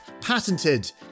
patented